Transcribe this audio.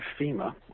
FEMA